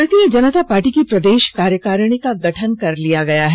भारतीय जनता पार्टी की प्रदेश कार्यकारिणी का गठन कर लिया गया है